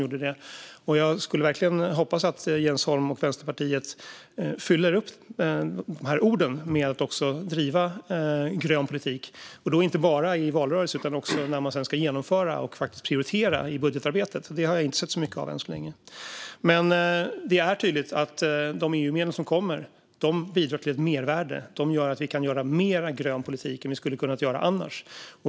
Jag hoppas verkligen att Jens Holm och Vänsterpartiet fyller orden med att också driva grön politik, inte bara i valrörelsen utan också när politiken ska genomföras och i prioriteringarna i budgetarbetet. Det har jag inte sett så mycket av än så länge. Det är tydligt att de EU-medel som kommer bidrar till ett mervärde, att det går att göra mer grön politik än annars.